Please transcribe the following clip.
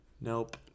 nope